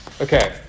Okay